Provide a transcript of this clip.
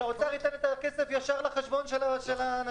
שהאוצר ייתן את הכסף ישר לחשבון של האנשים.